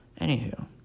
anywho